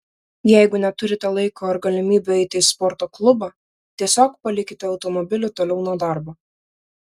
jeigu neturite laiko ar galimybių eiti į sporto klubą tiesiog palikite automobilį toliau nuo darbo